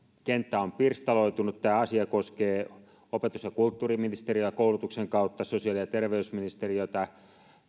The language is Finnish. kenttä on pirstaloitunut tämä asia koskee opetus ja kulttuuriministeriötä koulutuksen kautta sosiaali ja terveysministeriötä